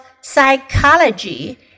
psychology